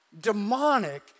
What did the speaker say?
demonic